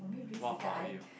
what about you